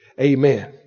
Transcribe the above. amen